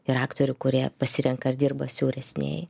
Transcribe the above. ir aktorių kurie pasirenka ar dirba siauresnėj